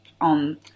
on